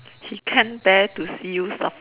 he can't bear to see you suffer